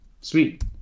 sweet